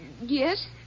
Yes